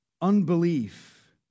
unbelief